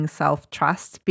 self-trust